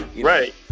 Right